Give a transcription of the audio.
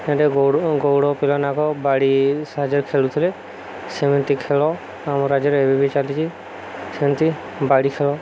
ଏଠି ଗଉଡ଼ ପିଲାମାନଙ୍କ ବାଡ଼ି ସାହାଯ୍ୟରେ ଖେଳୁଥିଲେ ସେମିତି ଖେଳ ଆମ ରାଜ୍ୟରେ ଏବେ ବିି ଚାଲିଛି ସେମିତି ବାଡ଼ି ଖେଳ